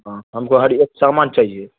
ہاں ہم کو ہر ایک سامان چاہیے